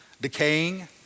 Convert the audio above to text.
decaying